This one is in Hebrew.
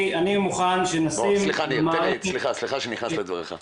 אני מוכן שנשים --- סליחה שאני נכנס לדבריך.